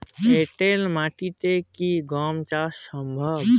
এঁটেল মাটিতে কি গম চাষ সম্ভব?